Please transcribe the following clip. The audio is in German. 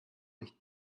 licht